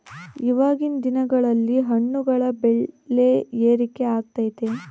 ಇವಾಗಿನ್ ದಿನಗಳಲ್ಲಿ ಹಣ್ಣುಗಳ ಬೆಳೆ ಏರಿಕೆ ಆಗೈತೆ